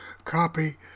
copy